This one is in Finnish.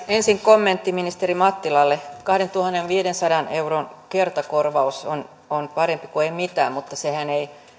ensin kommentti ministeri mattilalle kahdentuhannenviidensadan euron kertakorvaus on on parempi kuin ei mitään mutta sehän ei